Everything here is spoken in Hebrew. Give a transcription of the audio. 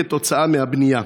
כתוצאה מהבנייה.